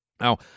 Now